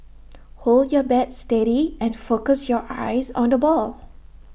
hold your bat steady and focus your eyes on the ball